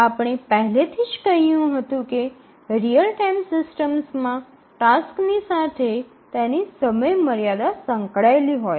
આપણે પહેલેથી જ કહ્યું હતું કે રીઅલ ટાઇમ સિસ્ટમમાં ટાસક્સની સાથે તેની સમયમર્યાદા સંકળાયેલી હોય છે